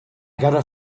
gotta